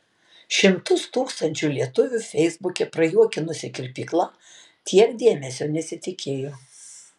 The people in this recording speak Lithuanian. šimtus tūkstančių lietuvių feisbuke prajuokinusi kirpykla tiek dėmesio nesitikėjo